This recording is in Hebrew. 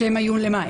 שהיו למה?